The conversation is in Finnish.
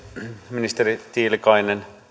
ministeri tiilikainen